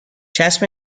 چسب